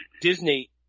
Disney